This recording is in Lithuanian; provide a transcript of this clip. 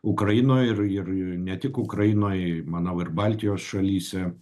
ukrainoj ir ir ne tik ukrainoj manau ir baltijos šalyse